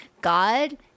God